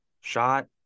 shot